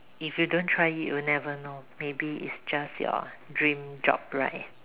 if you don't try it you will never know maybe it's just your dream job right